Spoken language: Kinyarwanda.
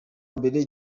mbere